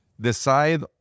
decide